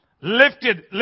lifted